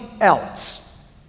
else